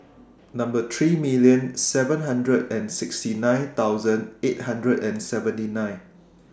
thirty million seven hundred sixty nine thousand eight hundred and seventy nine